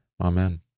Amen